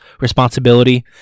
responsibility